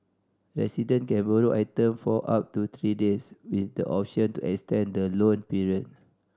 resident can borrow item for up to three days with the option to extend the loan period